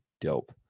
dope